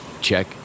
check